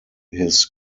his